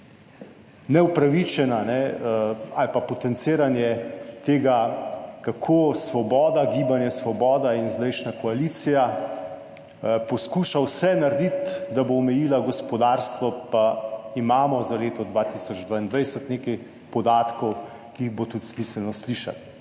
neupravičena ali pa potenciranje tega kako Gibanje Svoboda in zdajšnja koalicija poskuša vse narediti, da bo omejila gospodarstvo, pa imamo za leto 2022 nekaj podatkov, ki jih bo tudi smiselno slišati.